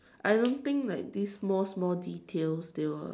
I don't think like this small small details they will